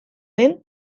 den